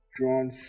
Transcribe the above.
drawn